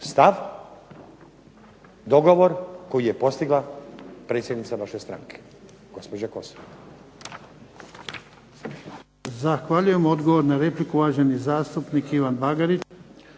stav, dogovor koji je postigla predsjednica vaše stranke gospođa Kosor.